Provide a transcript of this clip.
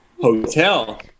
hotel